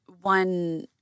One